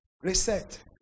reset